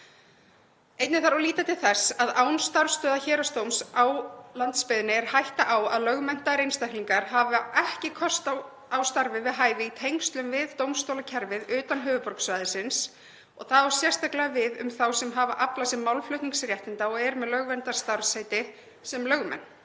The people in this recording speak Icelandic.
Einnig þarf að líta til þess að án starfsstöðva héraðsdóms á landsbyggðinni er hætta á að lögmenntaðir einstaklingar hafi ekki kost á starfi við hæfi í tengslum við dómstólakerfið utan höfuðborgarsvæðisins. Það á sérstaklega við um þá sem hafa aflað sér málflutningsréttinda og eru með lögverndað starfsheiti sem lögmenn.